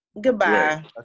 Goodbye